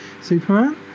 superman